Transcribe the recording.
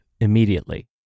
immediately